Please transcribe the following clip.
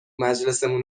مجلسمون